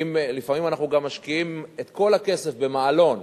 לפעמים אנחנו גם משקיעים את כל הכסף במעלון,